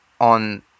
on